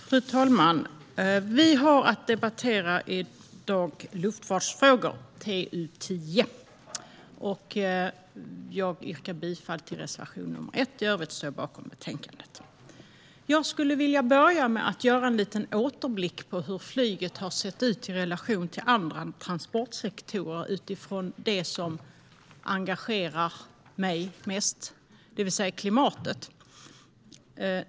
Fru talman! Vi har i dag att debattera luftfartsfrågor, TU10. Jag yrkar bifall till reservation nr 1. I övrigt står jag bakom utskottets förslag i betänkandet. Jag skulle vilja börja med att göra en liten återblick på hur flyget har sett ut i relation till andra transportsektorer utifrån det som engagerar mig mest, det vill säga klimatet.